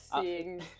seeing